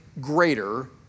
greater